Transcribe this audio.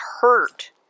hurt